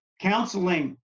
counseling